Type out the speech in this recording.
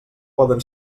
poden